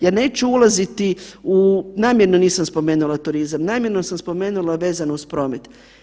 Ja neću ulaziti u, namjerno nisam spomenula turizam, namjerno sam spomenula vezano uz promet.